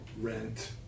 rent